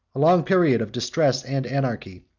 a long period of distress and anarchy,